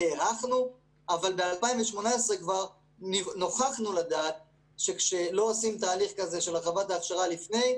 אבל ב-2018 כבר נוכחנו לדעת שכשלא עושים תהליך של הרחבת ההכשרה לפני,